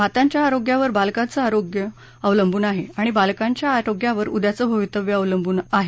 मातांच्या आरोग्यावर बालकांचं आरोग्य अवलंबून आहे आणि बालकांच्या आरोग्यावर उद्याचं भवितव्य अवलंबून आहे